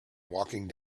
walking